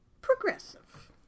Progressive